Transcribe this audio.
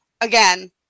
again